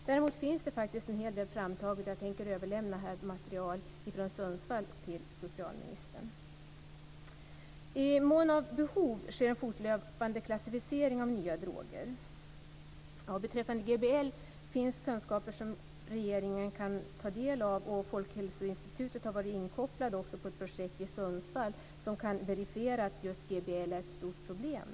Det har dock tagits fram en hel del material från Sundsvall, och jag tänker överlämna det till socialministern. I mån av behov sker en fortlöpande klassificering av nya droger. Beträffande GBL finns det kunskaper som regeringen kan ta del av. Dessutom har Folkhälsoinstitutet varit inkopplat i Sundsvall på ett projekt som kan verifiera att GBL där är ett stort problem.